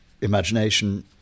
imagination